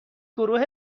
گروه